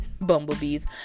bumblebees